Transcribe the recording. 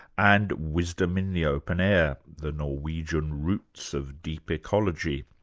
and wisdom in the open air the norwegian roots of deep ecology.